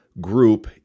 group